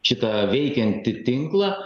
šitą veikiantį tinklą